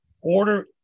Order